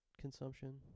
consumption